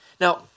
now